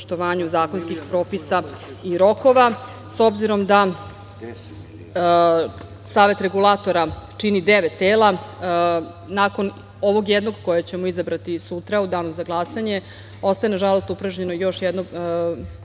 zakonskih propisa i rokova.S obzirom da Savet regulatora čini devet tela, nakon ovog jednog kojeg ćemo izabrati sutra, u danu za glasanje, ostaje nažalost upražnjeno još jedno